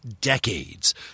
decades